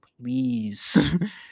Please